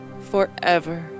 forever